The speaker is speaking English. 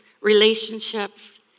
relationships